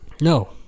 No